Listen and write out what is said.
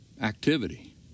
activity